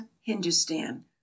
hindustan